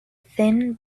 thin